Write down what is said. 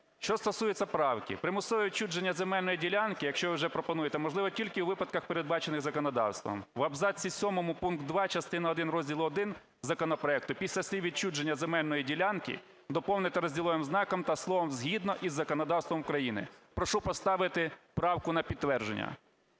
Що стосується правки. Примусове відчуження земельної ділянки, якщо ви вже пропонуєте, можливо тільки у випадках, передбачених законодавством. В абзаці сьомому пункті 2 частини один розділу І законопроекту після слів "відчуження земельної ділянки" доповнити розділовим знаком "," та словами "згідно із законодавством України". Прошу поставити правку на підтвердження,